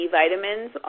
vitamins